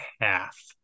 half